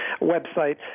website